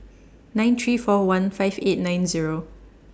nine three four one five eight nine Zero